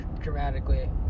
Dramatically